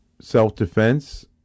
self-defense